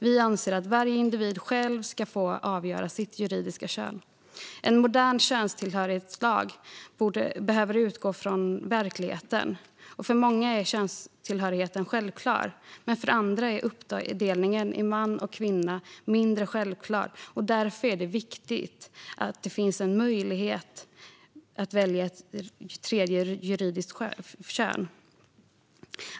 Vi anser att varje individ själv ska få avgöra sitt juridiska kön. En modern könstillhörighetslag behöver utgå från verkligheten. För många är könstillhörigheten självklar, men för andra är uppdelningen i man och kvinna mindre självklar. Därför är det viktigt att det finns möjlighet att välja ett tredje juridiskt kön.